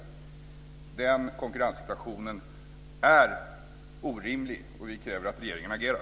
Den konkurrenssituationen är orimlig, och vi kräver att regeringen agerar.